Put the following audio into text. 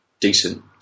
decent